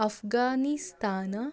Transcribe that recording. Afghanistan